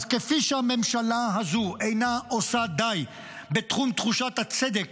אז כפי שהממשלה הזו אינה עושה די בתחום תחושות הצדק